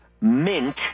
mint